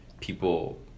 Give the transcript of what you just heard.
people